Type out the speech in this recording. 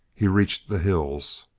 he reached the hills.